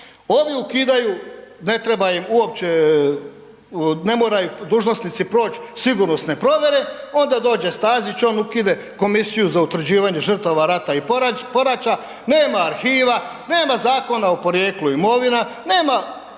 Ovi ukidaju, ne treba im uopće, ne moraju dužnosnici proć sigurnosne provjere, onda dođe Stazić, on ukide Komisiju za utvrđivanje žrtava rata i poraća, nema arhiva, nema Zakona o porijeklu imovina, nema